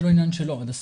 זה לא עניין שלו עד הסוף.